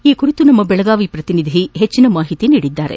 ಈ ಕುರಿತು ನಮ್ನ ಬೆಳಗಾವಿ ಪ್ರತಿನಿಧಿ ಹೆಚ್ಚಿನ ಮಾಹಿತಿ ನೀಡಿದ್ದಾರೆ